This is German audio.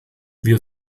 wir